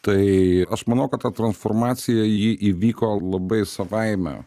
tai aš manau kad ta transformacija ji įvyko labai savaime